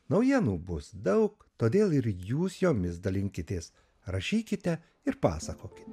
naujienų bus daug todėl ir jūs jomis dalinkitės rašykite ir pasakokit